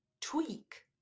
tweak